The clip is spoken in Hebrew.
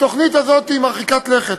התוכנית הזאת מרחיקת לכת.